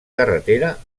carretera